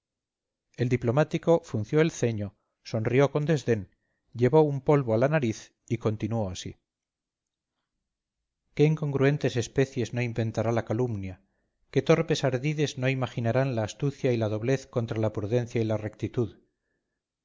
el diplomático frunció el ceño sonrió con desdén llevó un polvo a la nariz y continuó así qué incongruentes especies no inventará la calumnia qué torpes ardides no imaginarán la astucia y la doblez contra la prudencia y la rectitud